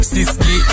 Siski